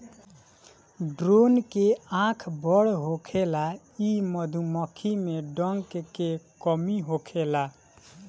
drone के आँख बड़ होखेला इ मधुमक्खी में डंक के कमी होखेला